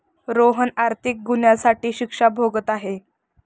रोहन आर्थिक गुन्ह्यासाठी शिक्षा भोगत आहे